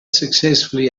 successfully